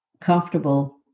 comfortable